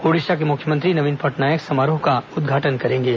ओडिशा के मुख्यमंत्री नवीन पटनायक समारोह का उद्घाटन करेंगे